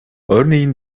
örneğin